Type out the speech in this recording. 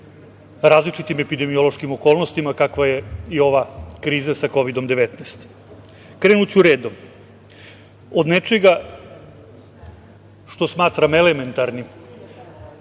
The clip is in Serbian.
različitim epidemiološkim okolnostima, kakva je i ova kriza sa Kovidom 19.Krenuću redom, od nečega što smatram elementarnim,